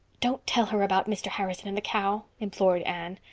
don't tell her about mr. harrison and the cow, implored anne.